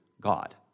God